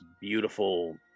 beautiful